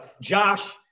Josh